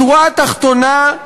בשורה התחתונה,